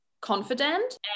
confident